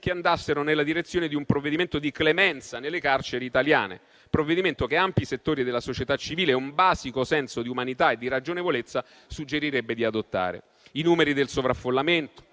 che andassero nella direzione di creare un provvedimento di clemenza nelle carceri italiane; provvedimento che ampi settori della società civile e un basico senso di umanità e ragionevolezza suggerirebbero di adottare. I numeri del sovraffollamento,